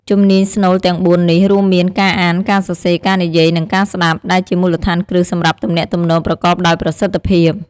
ជំនាញស្នូលទាំងបួននេះ រួមមាន ការអាន ការសរសេរ ការនិយាយ និង ការស្ដាប់ ដែលជាមូលដ្ឋានគ្រឹះសម្រាប់ទំនាក់ទំនងប្រកបដោយប្រសិទ្ធភាព។